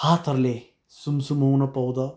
हातहरूले सुमसुमाउन पाउँदा